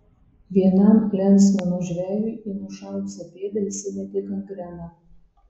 vienam lensmano žvejui į nušalusią pėdą įsimetė gangrena